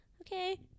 okay